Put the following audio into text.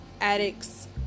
addicts